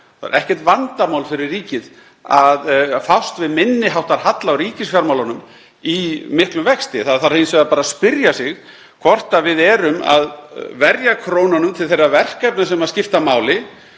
Það er ekkert vandamál fyrir ríkið að fást við minni háttar halla á ríkisfjármálunum í miklum vexti. Það þarf hins vegar bara að spyrja sig hvort við séum að verja krónunum til þeirra verkefna sem skipta máli.